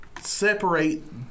separate